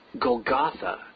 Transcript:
Golgotha